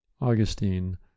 Augustine